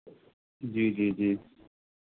जी जी जी